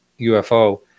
UFO